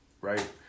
right